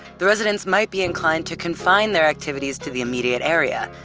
the residents might be inclined to confine their activities to the immediate area.